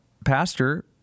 Pastor